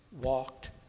walked